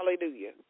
hallelujah